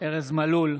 ארז מלול,